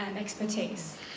expertise